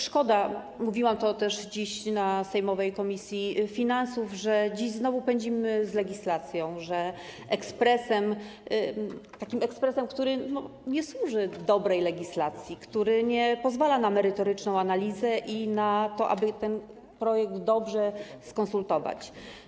Szkoda, mówiłam to też dzisiaj na posiedzeniu sejmowej komisji finansów, że dziś znowu pędzimy z legislacją, takim ekspresem, który nie służy dobrej legislacji, który nie pozwala na merytoryczną analizę i na to, aby ten projekt dobrze skonsultować.